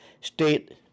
state